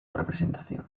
representación